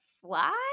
Fly